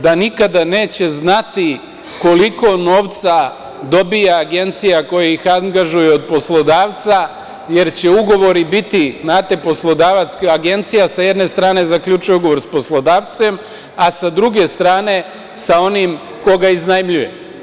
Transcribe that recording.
Da nikada neće znati koliko novca dobija agencija koja ih angažuje od poslodavca, jer će ugovori biti, znate poslodavac, agencija sa jedne strane zaključuje ugovor sa poslodavcem, a sa druge strane sa onim ko ga iznajmljuje.